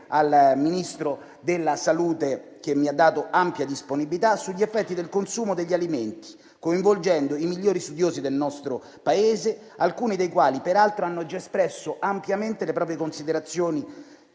al Ministro della salute, che mi ha dato ampia disponibilità - sugli effetti del consumo degli alimenti, coinvolgendo i migliori studiosi del nostro Paese, alcuni dei quali, peraltro, hanno già espresso ampiamente le proprie considerazioni,